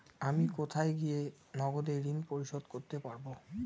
আমি কোথায় গিয়ে নগদে ঋন পরিশোধ করতে পারবো?